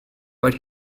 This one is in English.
but